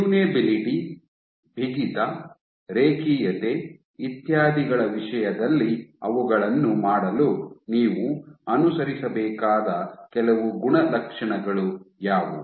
tunability ಬಿಗಿತ ರೇಖೀಯತೆ ಇತ್ಯಾದಿಗಳ ವಿಷಯದಲ್ಲಿ ಅವುಗಳನ್ನು ಮಾಡಲು ನೀವು ಅನುಸರಿಸಬೇಕಾದ ಕೆಲವು ಗುಣಲಕ್ಷಣಗಳು ಯಾವುವು